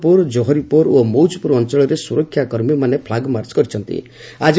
ଆଜି ବାବରପୁର କୋହରିପୁର ଏବଂ ମଉଜପୁର ଅଞ୍ଚଳରେ ସୁରକ୍ଷା କର୍ମୀମାନେ ଫ୍ଲାଗ୍ମାର୍ଚ୍ଚ କରିଛନ୍ତି